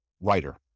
writer